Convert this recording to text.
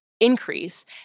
increase